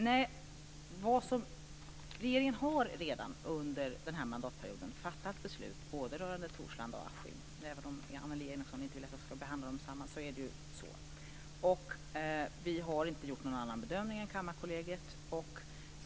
Nej, regeringen har redan under den här mandatperioden fattat beslut rörande både Torslanda och Askim, även Annelie Enochson inte vill att jag ska behandla dem tillsammans. Så är det. Vi har inte gjort någon annan bedömning än Kammarkollegiet.